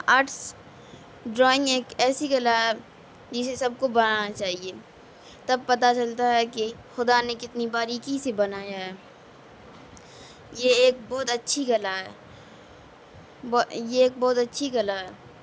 arts drawing ایک ایسی کلا ہے جسے سب کو بنانا چاہیے تب پتہ چلتا ہے کہ خدا نے کتنی باریکی سے بنایا ہے یہ ایک بہت اچھی کلا ہے یہ ایک بہت اچھی کلا ہے